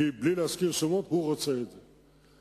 כי, בלי להזכיר שמות, הוא רוצה את זה.